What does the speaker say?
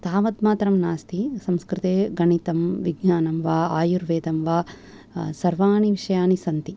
तावद् मात्रं नास्ति संस्कृते गणितं विज्ञानं वा आर्युर्वेदं वा सर्वाणि विषयानि सन्ति